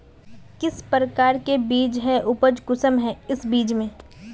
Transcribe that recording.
किस प्रकार के बीज है उपज कुंसम है इस बीज में?